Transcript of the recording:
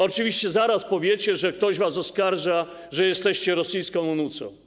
Oczywiście zaraz powiecie, że ktoś was oskarża, że jesteście rosyjską onucą.